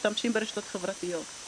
משתמשים ברשתות החברתיות,